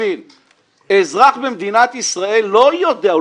אזרח במדינת ישראל לא יודע,